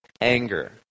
anger